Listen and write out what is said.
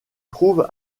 trouve